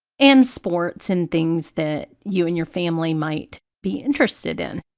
and sports and things that you and your family might be interested in.